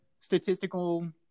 statistical